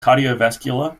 cardiovascular